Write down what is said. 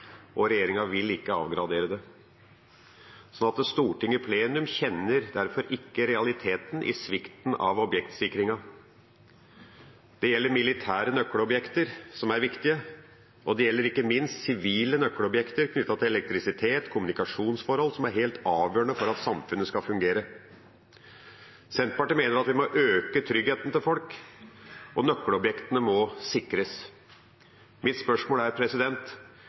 og regjeringa vil ikke avgradere det. Stortinget i plenum kjenner derfor ikke realiteten i svikten i objektsikringen. Det gjelder militære nøkkelobjekter, som er viktige, og det gjelder ikke minst sivile nøkkelobjekter knyttet til elektrisitet og kommunikasjonsforhold, som er helt avgjørende for at samfunnet skal fungere. Senterpartiet mener at vi må øke tryggheten til folk, og nøkkelobjektene må sikres. Mitt spørsmål er: